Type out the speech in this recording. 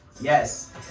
yes